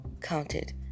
counted